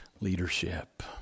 leadership